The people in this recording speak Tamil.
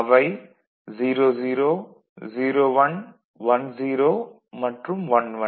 அவை 00 01 10 மற்றும் 11